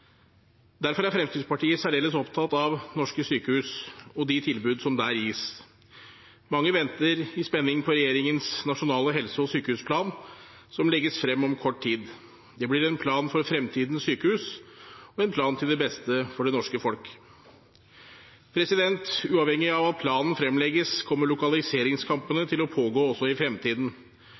Derfor er Fremskrittspartiet særdeles opptatt av norske sykehus og de tilbud som der gis. Mange venter i spenning på regjeringens nasjonale helse- og sykehusplan, som legges frem om kort tid. Det blir en plan for fremtidens sykehus, en plan til beste for det norske folk. Uavhengig av at planen fremlegges, kommer lokaliseringskampene til å pågå også i fremtiden.